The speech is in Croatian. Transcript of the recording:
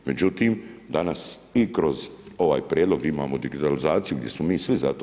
Međutim, danas i kroz ovaj prijedlog imamo digitalizaciju gdje smo svi za to.